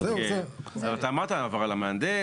אתה אמרת העברה למהנדס.